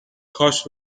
کاش